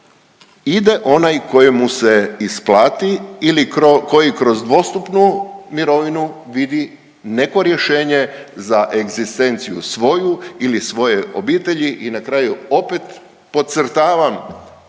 ide onaj kojemu se isplati ili koji kroz dvostupnu mirovinu vidi neko rješenje za egzistenciju svoju ili svoje obitelji i na kraju opet, podcrtavam